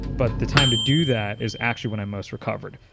but the time to do that is actually when i'm most recovered.